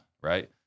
right